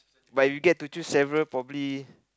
but you get to choose several probably